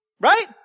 right